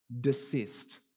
desist